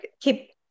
keep